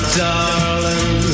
darling